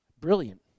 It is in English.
Brilliant